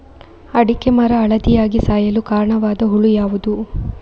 ಅಡಿಕೆ ಮರ ಹಳದಿಯಾಗಿ ಸಾಯಲು ಕಾರಣವಾದ ಹುಳು ಯಾವುದು?